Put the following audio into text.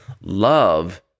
love